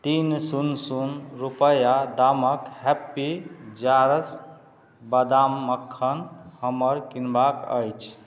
तीन शून्य शून्य रुपैआ दामके हैप्पी जार्स बादाम मक्खन हमर किनबाक अछि